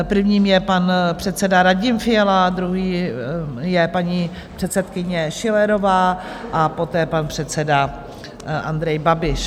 Prvním je pan předseda Radim Fiala, druhý je paní předsedkyně Schillerová a poté pan předseda Andrej Babiš.